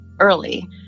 early